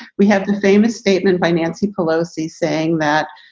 we have the famous statement by nancy pelosi saying that,